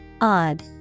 Odd